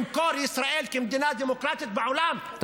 למכור את ישראל כמדינה דמוקרטית בעולם,